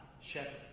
shepherd